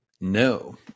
No